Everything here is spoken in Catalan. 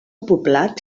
poblat